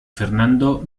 fernando